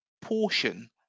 portion